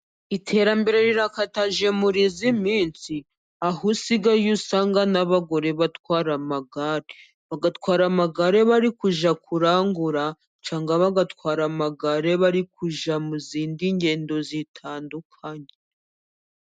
Iterambere rirakataje muri iyi minsi, aho usigaye usanga n'abagore batwara amagare, bagatwara amagare bari kujya kurangura cyangwa bagatwara amagare bari kujya mu zindi ngendo zitandukanye.